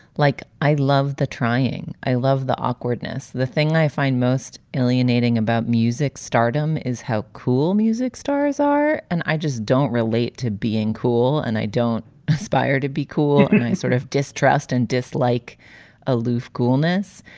like, i love the trying. i love the awkwardness. the thing i find most alienating about music stardom is how cool music stars are. and i just don't relate to being cool and i don't aspire to be cool. and i sort of distrust and dislike aloof coolness.